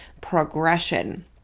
progression